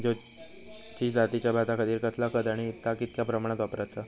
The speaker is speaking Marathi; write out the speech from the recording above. ज्योती जातीच्या भाताखातीर कसला खत आणि ता कितक्या प्रमाणात वापराचा?